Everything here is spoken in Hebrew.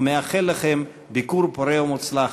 ומאחל לכם ביקור פורה ומוצלח.